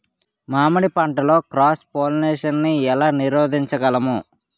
మామిడి పంటలో cross pollination నీ ఏల నీరోధించగలము?